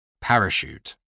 parachute